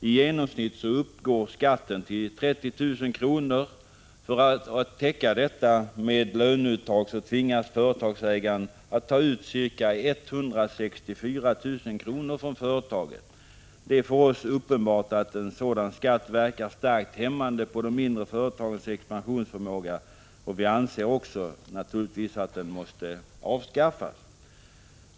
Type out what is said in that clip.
I genomsnitt uppgår skatten till 30 000 kr. För att täcka detta med löneuttag tvingas företagsägaren ta ut ca 164 000 kr. från företaget. Det är för oss uppenbart att en sådan skatt verkar starkt hämmande på de mindre företagens expansionsförmåga, och vi anser naturligtvis att den måste avskaffas.